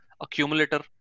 accumulator